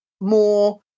more